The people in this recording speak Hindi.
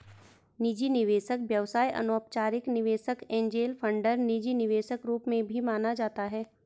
निजी निवेशक व्यवसाय अनौपचारिक निवेशक एंजेल फंडर निजी निवेशक रूप में भी जाना जाता है